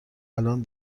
الآن